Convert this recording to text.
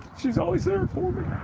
she's always there for me.